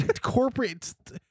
corporate